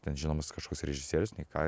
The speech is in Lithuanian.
ten žinomas kažkoks režisierius nei ką